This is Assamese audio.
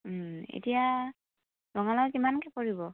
এতিয়া ৰঙালাউ কিমানকৈ পৰিব